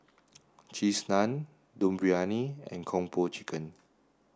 cheese naan Dum Briyani and Kung Po Chicken